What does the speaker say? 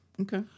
Okay